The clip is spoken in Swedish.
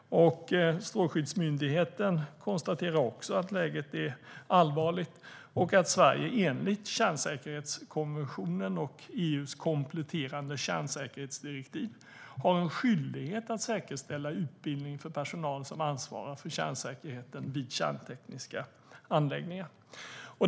Strålskyddsmyndigheten konstaterar också att läget är allvarligt och att Sverige enligt kärnsäkerhetskonventionen och EU:s kompletterande kärnsäkerhetsdirektiv har en skyldighet att säkerställa utbildning för personal som ansvarar för kärnsäkerheten vid kärntekniska anläggningar.